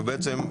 ובעצם,